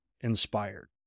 inspired